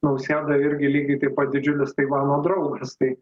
nausėda irgi lygiai taip pat didžiulis taivano draugas tai